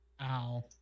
Ow